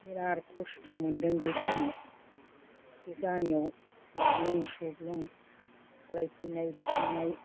बिराद खस्थ' मोनदों बे समाव बे गामियाव बुग्लुं सुग्लुं खालाम फैनाय फैनाय